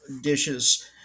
dishes